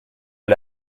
est